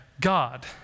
God